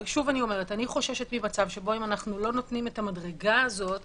אני חוששת ממצב שבו אם אנחנו לא נותנים את המדרגה הזאת,